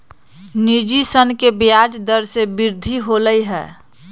निजी ऋण के ब्याज दर में वृद्धि होलय है